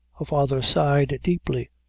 her father sighed deeply,